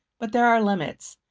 but there are limits.